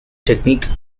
technique